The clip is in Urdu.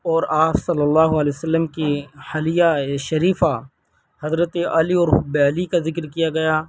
اور آپ صلی اللہ علیہ وسلم کی حلیۂ شریفہ حضرت علی اور حب علی کا ذکر کیا گیا